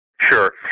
Sure